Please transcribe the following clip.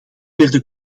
werden